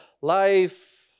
life